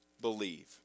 believe